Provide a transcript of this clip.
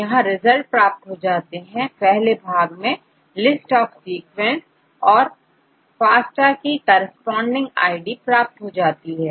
यहां रिजल्ट प्राप्त हो जाते हैं पहले भाग में लिस्ट आफ सीक्वेंसेस औरFASTA की करेस्पॉन्डिंग आईडी प्राप्त हो जाती है